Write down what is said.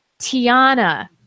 Tiana